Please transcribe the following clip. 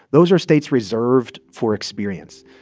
those are states reserved for experience.